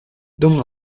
dum